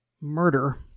murder